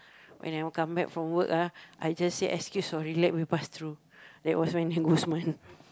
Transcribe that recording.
and when I come back for work ah I just say excuse sorry let me pass through that was when you ghost month